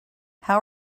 how